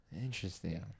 Interesting